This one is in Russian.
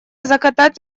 закатать